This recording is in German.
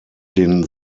den